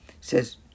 says